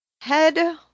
Head